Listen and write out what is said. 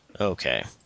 Okay